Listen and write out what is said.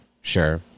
Sure